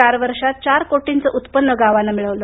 चार वर्षांत चार कोटींचं उत्पन्न गावानं मिळवलं